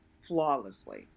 flawlessly